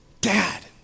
Dad